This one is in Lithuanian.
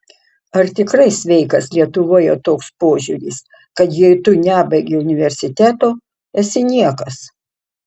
ar tikrai sveikas lietuvoje toks požiūris kad jei tu nebaigei universiteto esi niekas